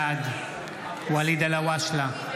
בעד ואליד אלהואשלה,